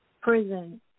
prison